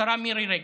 השרה מירי רגב,